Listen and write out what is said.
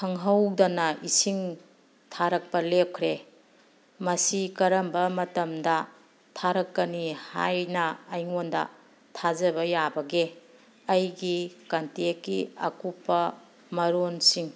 ꯈꯪꯍꯧꯗꯅ ꯏꯁꯤꯡ ꯊꯥꯔꯛꯄ ꯂꯦꯞꯈ꯭ꯔꯦ ꯃꯁꯤ ꯀꯔꯝꯕ ꯃꯇꯝꯗ ꯊꯥꯔꯛꯀꯅꯤ ꯍꯥꯏꯅ ꯑꯩꯉꯣꯟꯗ ꯊꯥꯖꯕ ꯌꯥꯕꯒꯦ ꯑꯩꯒꯤ ꯀꯟꯇꯦꯛꯀꯤ ꯑꯀꯨꯞꯄ ꯃꯔꯣꯜꯁꯤꯡ